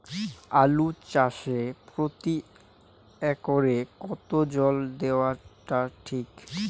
আলু চাষে প্রতি একরে কতো জল দেওয়া টা ঠিক?